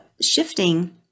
shifting